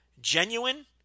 genuine